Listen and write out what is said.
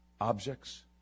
Objects